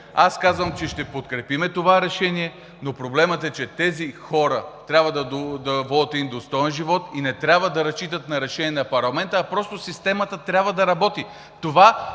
Аз казвам, че ще подкрепим това решение. Проблемът обаче е, че тези хора трябва да водят един достоен живот и не трябва да разчитат на решение на парламента, а просто системата трябва да работи. Това